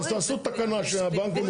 אז תעשו תקנה שהבנקים מחויבים.